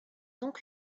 donc